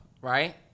right